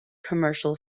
commercial